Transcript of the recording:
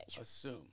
Assume